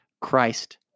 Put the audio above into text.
Christ